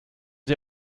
sie